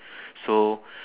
so